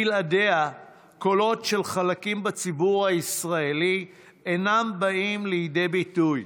בלעדיה קולות של חלקים בציבור הישראלי אינם באים לידי ביטוי,